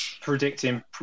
predicting